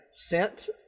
Sent